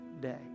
day